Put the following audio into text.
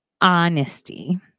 honesty